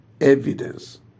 evidence